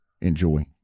Enjoy